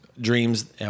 dreams